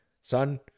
son